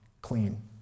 clean